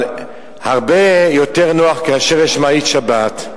אבל הרבה יותר נוח כאשר יש מעלית שבת.